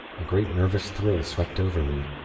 a great nervous thrill swept over me,